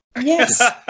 yes